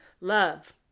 love